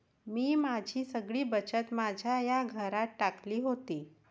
मी माझी सगळी बचत माझ्या या घरात टाकली होती